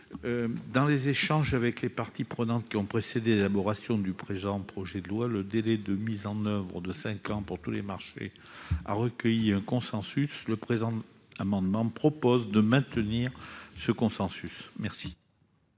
Dans les échanges avec les parties prenantes qui ont précédé l'élaboration de ce projet de loi, le délai de mise en oeuvre de cinq ans pour tous les marchés a recueilli un consensus. Cet amendement tend à le maintenir. La parole est à M.